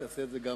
תעשה את זה גם